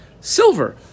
silver